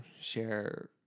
share